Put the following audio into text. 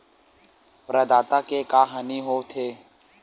प्रदाता के का हानि हो थे?